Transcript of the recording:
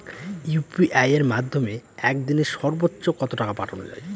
UPI এর মাধ্যমে এক দিনে সর্বচ্চ কত টাকা পাঠানো যায়?